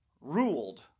ruled